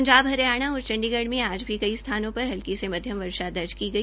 पंजाब हरियाणा और चंडीगढ़ में आज भी कई स्थानों पर हल्की से मध्यम वर्षा दर्ज की गई